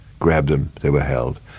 grabbed them, they were held,